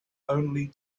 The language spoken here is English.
only